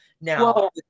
Now